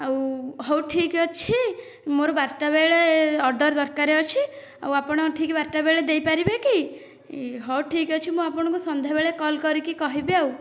ଆଉ ହଉ ଠିକ ଅଛି ମୋର ବାରଟା ବେଳେ ଅର୍ଡ଼ର ଦରକାର ଅଛି ଆଉ ଆପଣ ଠିକ ବାରଟା ବେଳେ ଦେଇପାରିବେ କି ହେଉ ଠିକ ଅଛି ମୁଁ ଆପଣଙ୍କୁ ସନ୍ଧ୍ୟା ବେଳେ କଲ କରିକି କହିବି ଆଉ